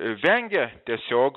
vengia tiesiog